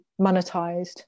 monetized